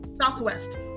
Southwest